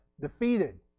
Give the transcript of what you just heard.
defeated